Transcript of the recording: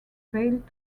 failed